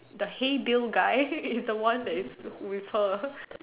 the hey bill guy is the one that is with her